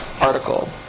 article